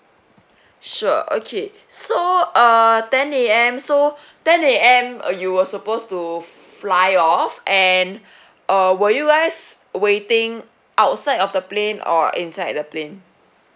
sure okay so uh ten A_M so ten A_M uh you were supposed to fly off and uh were you guys waiting outside of the plane or inside the plane